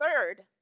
third